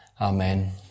Amen